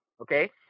okay